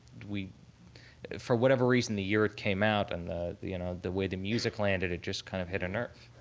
we for whatever reason, the year it came out and the the you know way the music landed, it just kind of hit a nerve.